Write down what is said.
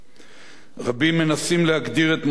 רבים מנסים להגדיר את מורשת רבין.